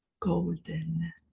golden